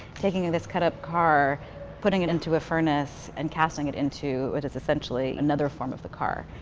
taking ah this cut up car putting it into a furnace and casting it into it is essentially another form of the car.